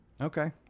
Okay